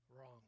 wrong